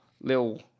little